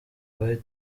twari